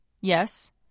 Yes